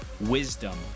wisdom